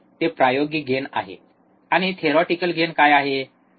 ते प्रायोगिक गेन आहे आणि थेरिओटिकेल गेन काय आहे